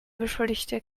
beschuldigte